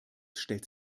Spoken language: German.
stellt